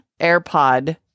airpod